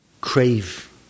crave